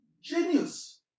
Genius